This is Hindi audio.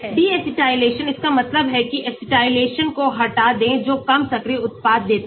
Deacetylisation इसका मतलब है कि acetyl को हटा दें जो कम सक्रिय उत्पाद देता है